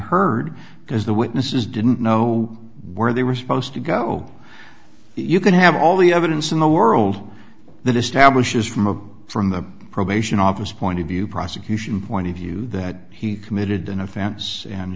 heard because the witnesses didn't know where they were supposed to go you can have all the evidence in the world that establishes from a from the probation office point of view prosecution point of view that he committed an offense